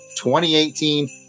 2018